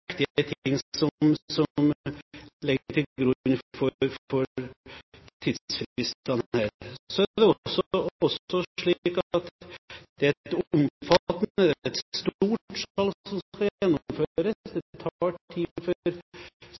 til grunn for tidsfristene her. Så er det også slik at det er et omfattende – et stort – salg som skal gjennomføres. Det tar tid